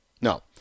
No